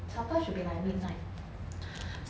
supper should be like midnight